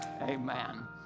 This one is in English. amen